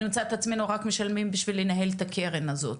נמצא את עצמנו רק משלמים בשביל לנהל את הקרן הזאת.